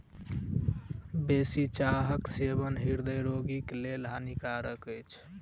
बेसी चाहक सेवन हृदय रोगीक लेल हानिकारक अछि